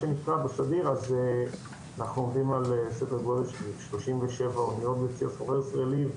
אנחנו עומדים על סדר גודל שלושים ושבע אוניות בצי הסוחר הישראלי,